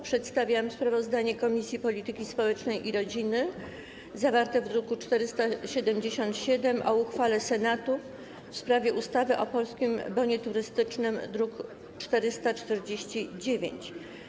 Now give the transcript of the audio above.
Przedstawiam sprawozdanie Komisji Polityki Społecznej i Rodziny, zawarte w druku nr 477, o uchwale Senatu w sprawie ustawy o Polskim Bonie Turystycznym, druk nr 449.